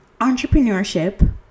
entrepreneurship